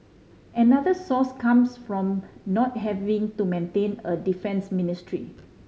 another source comes from not having to maintain a defence ministry